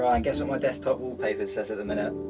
ryan, guess what my desktop wallpaper says at the minute?